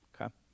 Okay